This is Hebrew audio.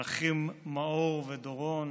האחים מאור ודורון,